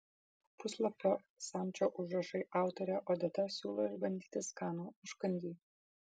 puslapio samčio užrašai autorė odeta siūlo išbandyti skanų užkandį